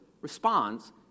responds